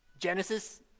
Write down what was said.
Genesis